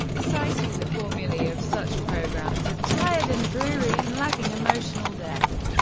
citing the formulae of such programmes as tired and dreary and lacking emotional depth.